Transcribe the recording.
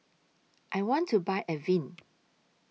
I want to Buy Avene